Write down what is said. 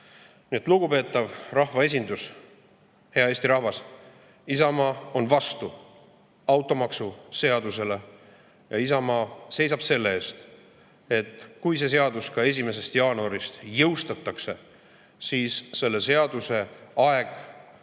Lugupeetav rahvaesindus! Hea Eesti rahvas! Isamaa on automaksuseaduse vastu ja Isamaa seisab selle eest, et kui see seadus 1. jaanuarist jõustatakse, siis selle seaduse aeg siin